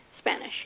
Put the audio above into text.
Spanish